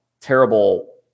terrible